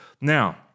Now